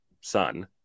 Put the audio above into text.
son